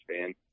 fan